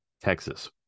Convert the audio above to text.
Texas